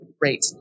great